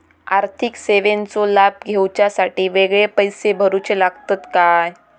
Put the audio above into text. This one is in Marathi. आर्थिक सेवेंचो लाभ घेवच्यासाठी वेगळे पैसे भरुचे लागतत काय?